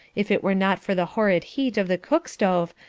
if it were not for the horrid heat of the cook-stove,